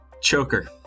Choker